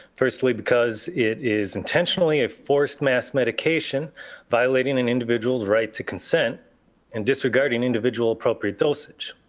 firstly, because it is intentionally a forced mass medication violating an individual's right to consent and disregarding individual appropriate dosage.